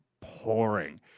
pouring